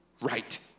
right